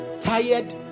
tired